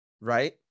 right